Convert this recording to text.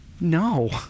No